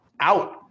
out